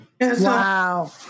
Wow